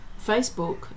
Facebook